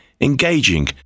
engaging